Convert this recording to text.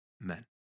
men